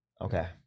Okay